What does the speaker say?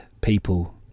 people